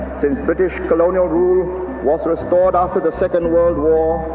since british colonial rule was restored after the second world war,